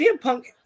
Punk